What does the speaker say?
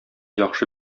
яхшы